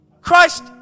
Christ